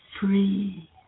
free